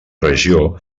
regió